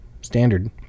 standard